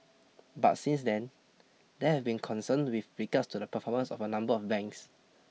but since then there have been concern with regards to the performance of a number of banks